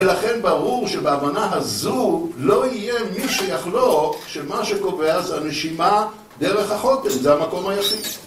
ולכן ברור שבהבנה הזו לא יהיה מי שיחלוק שמה שקובע זה הנשימה דרך החותם, זה המקום היחיד.